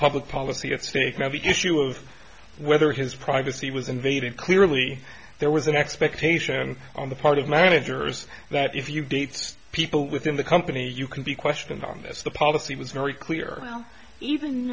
public policy at stake of the issue of whether his privacy was invaded clearly there was an expectation on the part of managers that if you dates people within the company you can be questioned on this the policy was very clear now even